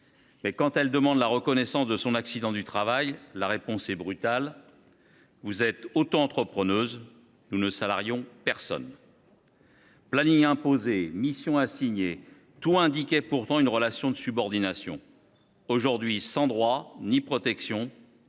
Quand elle a demandé la reconnaissance de son accident du travail, la réponse a été brutale :« Vous êtes autoentrepreneuse, nous ne salarions personne. » Plannings imposés, missions assignées… Tout indiquait pourtant une relation de subordination. Aujourd’hui, sans droits ni protection,